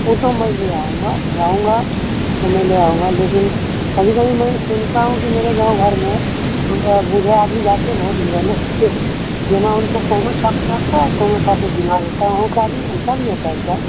वो तो मैं ले आऊँगा लाऊँगा तो मैं ले आऊँगा लेकिन कभी कभी मैं ये सुनता हूँ की मेरे गाँव घर में अ बूढ़ा आदमी जाते है वोट गिराने बिना उनके कौनों सा सलाह का कौनों सा में गिरवा देता है वहाँ का आदमी ऐसा भी होता है क्या